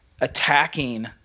attacking